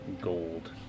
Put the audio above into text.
gold